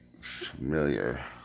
familiar